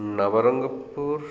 Nabarangpur